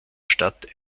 stadt